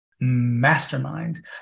mastermind